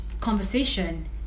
conversation